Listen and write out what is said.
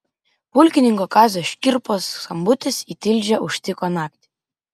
pulkininko kazio škirpos skambutis į tilžę užtiko naktį